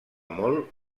molt